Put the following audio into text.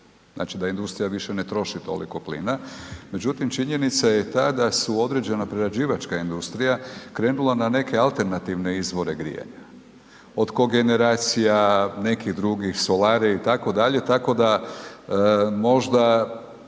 znači da industrija više ne troši toliko plina. Međutim, činjenica je ta da su određena prerađivačka industrija krenula na neke alternativne izvore grijanja, od kogeneracija, nekih drugih, solare itd., tako da možda